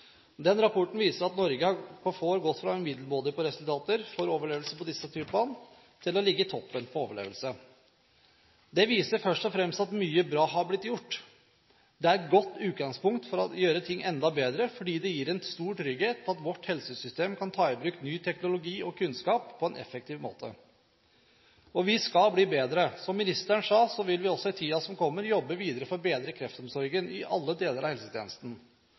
Den rapporten viser at Norge på få år har gått fra middelmådige resultater for overlevelse på disse krefttypene til å ligge i toppen for overlevelse. Det viser først og fremst at mye bra har blitt gjort. Det er et godt utgangspunkt for å gjøre ting enda bedre fordi det gir en stor trygghet om at vårt helsesystem kan ta i bruk ny teknologi og kunnskap på en effektiv måte. Og vi skal bli bedre! Som statsråden sa, vil vi også i tiden som kommer, jobbe videre for å bedre kreftomsorgen i alle deler av helsetjenesten.